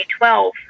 2012